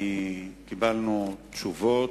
קיבלנו תשובות,